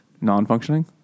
Non-functioning